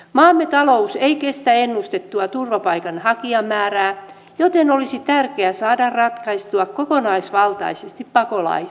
maamme talous ei kestä ennustettua turvapaikanhakijamäärää joten olisi tärkeä saada ratkaistua kokonaisvaltaisesti pakolaistilanne